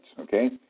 okay